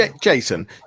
Jason